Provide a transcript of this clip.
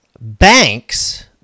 banks